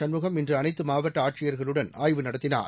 சண்முகம் இன்று அனைத்து மாவட்ட ஆட்சியர்களுடன் ஆய்வு நடத்தினார்